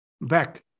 back